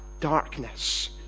darkness